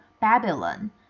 Babylon